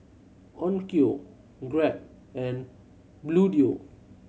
Onkyo Grab and Bluedio